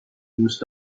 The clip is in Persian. دوست